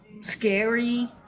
scary